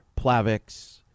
Plavix